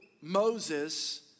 Moses